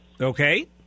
Okay